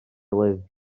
lyfr